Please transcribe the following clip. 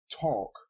talk